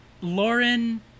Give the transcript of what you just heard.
Lauren